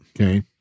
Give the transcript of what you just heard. Okay